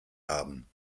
haben